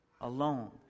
alone